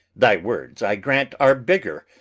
thy words, i grant, are bigger,